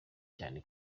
cyane